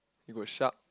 you could sharp